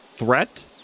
Threat